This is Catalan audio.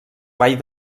vall